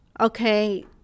okay